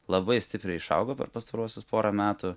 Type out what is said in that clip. labai stipriai išaugo per pastaruosius porą metų